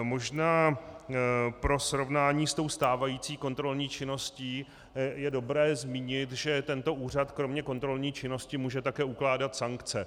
Možná pro srovnání se stávající kontrolní činností je dobré zmínit, že tento úřad kromě kontrolní činnosti může také ukládat sankce.